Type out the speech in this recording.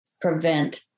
prevent